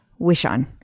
Wishon